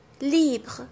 libre